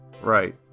Right